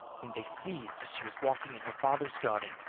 whom they seized as she was walking in her father's garden,